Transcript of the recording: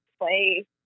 play